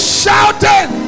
shouting